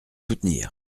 soutenir